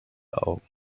augen